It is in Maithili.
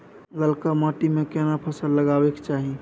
ललका माटी में केना फसल लगाबै चाही?